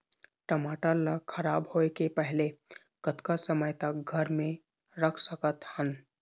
टमाटर ला खराब होय के पहले कतका समय तक घर मे रख सकत हन?